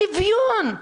שוויון.